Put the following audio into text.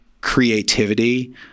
creativity